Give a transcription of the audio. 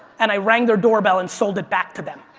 and i rang their doorbell and sold it back to them.